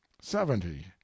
seventy